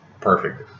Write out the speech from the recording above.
perfect